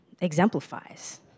exemplifies